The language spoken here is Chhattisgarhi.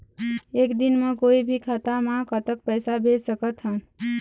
एक दिन म कोई भी खाता मा कतक पैसा भेज सकत हन?